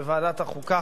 בוועדת החוקה,